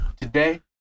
Today